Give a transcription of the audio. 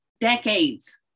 decades